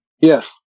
Yes